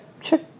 check